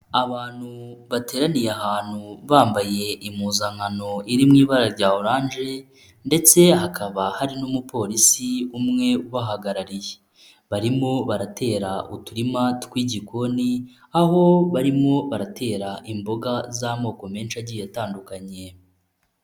Abantu bateraniye ahantu bambaye impuzankano iri mu ibara rya oranje ndetse hakaba hari n'umupolisi umwe ubahagarariye, barimo baratera uturima tw'igikoni, aho barimo baratera imboga z'amoko menshi agiye atandukanye.